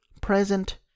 present